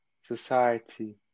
society